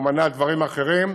ומנע דברים אחרים.